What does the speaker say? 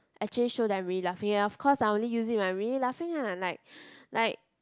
actually show them I'm really laughing ya of course I only use it when I really laughing lah like like